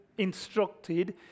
instructed